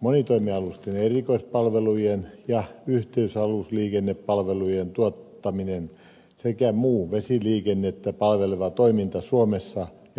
monitoimialusten erikoispalvelujen ja yhteysalusliikennepalvelujen tuottaminen sekä muu vesiliikennettä palveleva toiminta suomessa ja ulkomailla